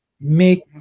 make